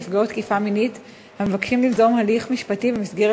ונפגעות תקיפה מינית המבקשים ליזום הליך משפטי במסגרת